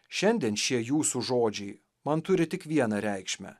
šiandien šie jūsų žodžiai man turi tik vieną reikšmę